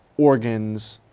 organs.